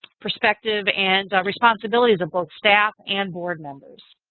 prospective and responsibilities of both staff and board members.